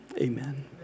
amen